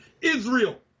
Israel